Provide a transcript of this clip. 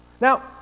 Now